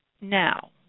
Now